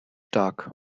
stark